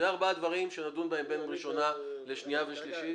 אלה ארבעת הדברים שנדון בהם בין ראשונה לשנייה ושלישית.